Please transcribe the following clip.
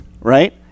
right